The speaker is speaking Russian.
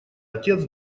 отец